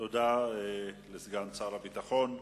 תודה לסגן שר הביטחון.